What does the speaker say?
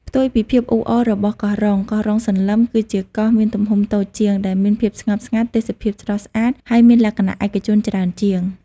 ផ្ទុយពីភាពអ៊ូអររបស់កោះរ៉ុង កោះរ៉ុងសន្លឹម គឺជាកោះមានទំហំតូចជាង ដែលមានភាពស្ងប់ស្ងាត់ ទេសភាពស្រស់ស្អាត ហើយមានលក្ខណៈឯកជនច្រើនជាង។